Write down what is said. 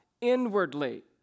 inwardly